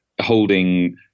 holding